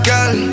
Girl